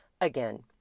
Again